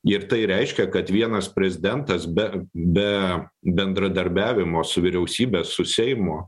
ir tai reiškia kad vienas prezidentas be be bendradarbiavimo su vyriausybe su seimo